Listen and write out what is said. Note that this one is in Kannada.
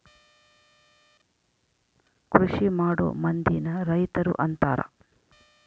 ಕೃಷಿಮಾಡೊ ಮಂದಿನ ರೈತರು ಅಂತಾರ